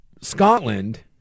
Scotland